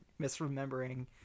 misremembering